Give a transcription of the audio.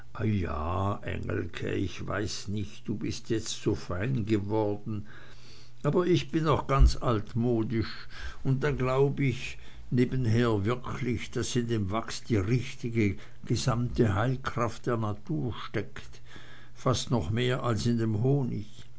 ich weiß nicht du bist jetzt so fein geworden aber ich bin noch ganz altmodisch und dann glaub ich nebenher wirklich daß in dem wachs die richtige gesamte heilkraft der natur steckt fast noch mehr als in dem honig